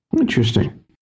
Interesting